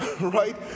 Right